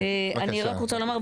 אני רק רוצה לומר,